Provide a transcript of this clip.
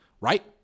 right